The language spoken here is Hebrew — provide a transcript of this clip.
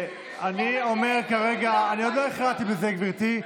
אני עוד לא החלטתי בזה, גברתי,